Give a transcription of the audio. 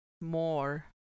more